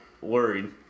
worried